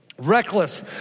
Reckless